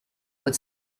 but